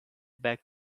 back